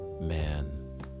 man